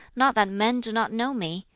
not that men do not know me,